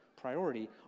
priority